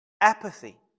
apathy